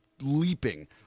leaping